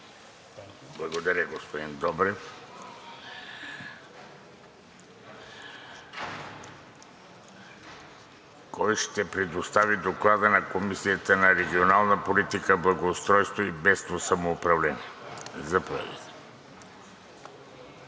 Благодаря, господин Добрев. Кой ще представи Доклада на Комисията по регионална политика, благоустройство и местно самоуправление? Заповядайте.